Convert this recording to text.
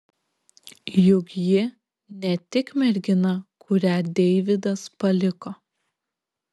juk ji ne tik mergina kurią deividas paliko